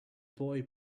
boy